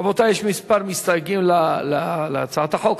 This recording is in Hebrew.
רבותי, יש כמה מסתייגים להצעת החוק.